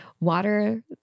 water